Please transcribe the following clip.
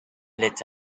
lit